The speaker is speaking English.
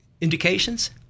indications